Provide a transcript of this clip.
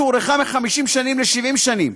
שהוארכה מ-50 שנים ל-70 שנים,